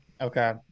Okay